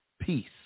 peace